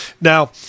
Now